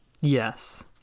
Yes